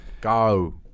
go